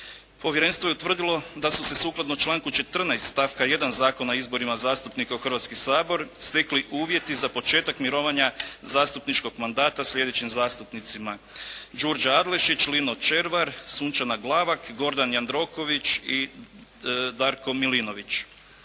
Povjerenstvo je utvrdilo da su se sukladno članku 14. stavka 1. Zakona o izborima zastupnika u Hrvatski sabor stekli uvjeti za početak mirovanja zastupničkog mandata sljedećim zastupnicima: Đurđa Adlešić, Lino Červar, Sunčana Glavak, Gordan Jandroković i Darko Milinović.